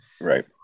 Right